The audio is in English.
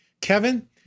Kevin